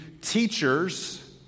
teachers